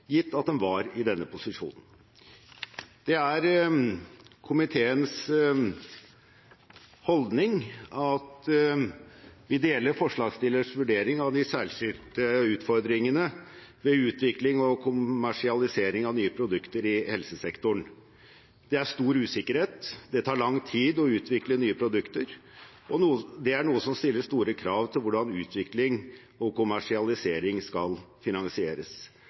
gitt at en var i denne posisjonen. Det er komiteens holdning at vi deler forslagsstillernes vurdering av de særskilte utfordringene ved utvikling og kommersialisering av nye produkter i helsesektoren. Det er stor usikkerhet, det tar lang tid å utvikle nye produkter, og det er noe som stiller store krav til hvordan utvikling og kommersialisering skal finansieres.